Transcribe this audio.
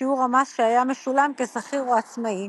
משיעור המס שהיה משולם כשכיר או עצמאי,